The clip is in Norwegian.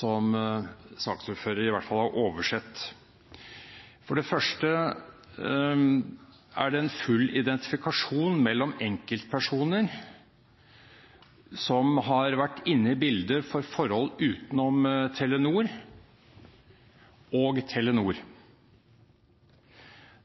ting saksordføreren i hvert fall har oversett. For det første er det en full identifikasjon mellom enkeltpersoner som har vært inne i bildet for forhold utenom Telenor, og Telenor.